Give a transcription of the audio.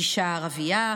אישה ערבייה,